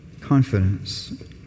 confidence